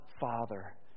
Father